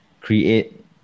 create